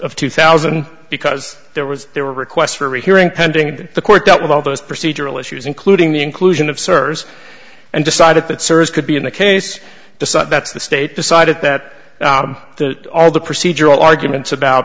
of two thousand because there was there were requests for rehearing pending and the court dealt with all those procedural issues including the inclusion of servers and decided that serves could be in a case that's the state decided that that all the procedural arguments about